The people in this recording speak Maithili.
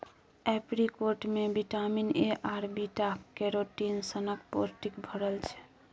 एपरीकोट मे बिटामिन ए आर बीटा कैरोटीन सनक पौष्टिक भरल छै